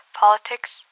politics